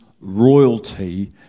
royalty